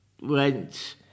went